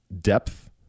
depth